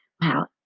Wow